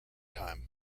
time